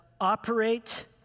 operate